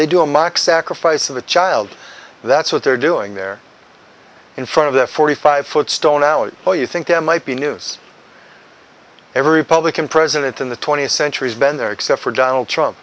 they do a mock sacrifice of a child that's what they're doing there in front of the forty five foot stone our oh you think there might be news every publican president in the twentieth century has been there except for donald trump